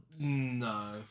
No